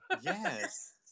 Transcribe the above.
Yes